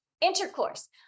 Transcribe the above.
Intercourse